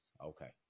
Okay